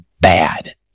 bad